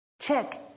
check